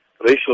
racial